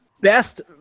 best